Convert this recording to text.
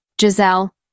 Giselle